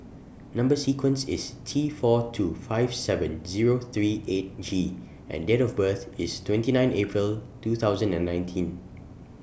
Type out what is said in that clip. Number sequence IS T four two five seven Zero three eight G and Date of birth IS twenty nine April two thousand and nineteen